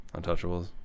Untouchables